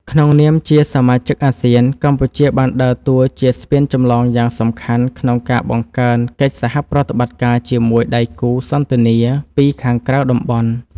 ក្នុងនាមជាសមាជិកអាស៊ាន កម្ពុជាបានដើរតួជាស្ពានចម្លងយ៉ាងសំខាន់ក្នុងការបង្កើនកិច្ចសហប្រតិបត្តិការជាមួយដៃគូសន្ទនាពីខាងក្រៅតំបន់។